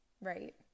right